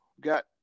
Got